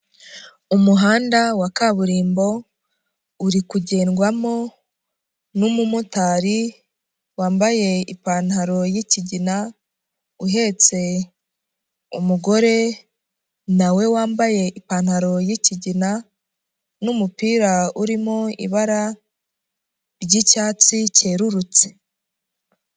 Umuhanda wa kaburimbo, urikugendwamo n'umumotari, wambaye ipantaro y'ikigina, uhetse umugore, nawe wambaye ipantaro y'ikigina n'umupira urimo ibara ry'icyatsi cyerurutse.